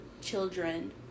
children